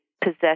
possession